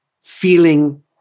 feeling